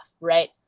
right